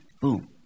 boom